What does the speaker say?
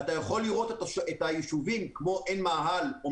ובהם אתה יכול לראות את היישובים כמו: עין מאהל או